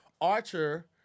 archer